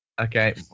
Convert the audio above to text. Okay